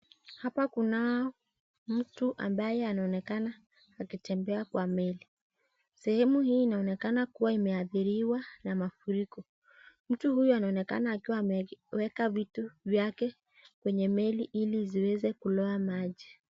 Hapa kuna mtu ambaye anaonekana akitembea kwa meli, sehemu hii inaonekana kuwa imeathiriwa na mafuriko, mtu huyu anaonekana akiwa ameweka vitu vyake kwenye meli ili zisiweze kulowa maji.